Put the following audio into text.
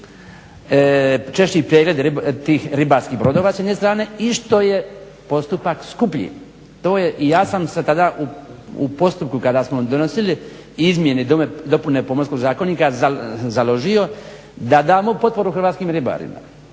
češći pregled tih ribarskih brodova s jedne strane i što je postupak skuplji. I ja sam se tada u postupku kada smo donosili izmjene i dopune Pomorskog zakonika založio da damo potporu hrvatskim ribarima